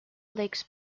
lakes